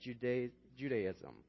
Judaism